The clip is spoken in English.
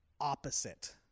opposite